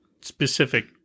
specific